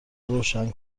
روشن